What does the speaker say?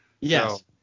yes